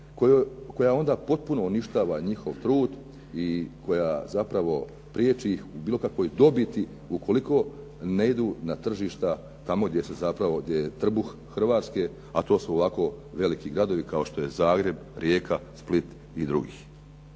koja onda potpuno uništava njihov trud i koja zapravo priječi ih u bilo kakvoj dobiti ukoliko ne idu na tržišta tamo gdje se zapravo, gdje je trbuh Hrvatske a to su ovako veliki gradovi kao što je Zagreb, Rijeka, Split i drugi.